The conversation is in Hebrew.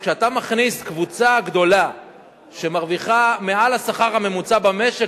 כשאתה מכניס קבוצה גדולה שמרוויחה מעל השכר הממוצע במשק,